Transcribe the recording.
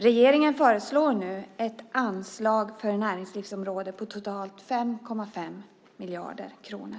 Regeringen föreslår nu ett anslag för näringslivsområdet på totalt 5,5 miljarder kronor.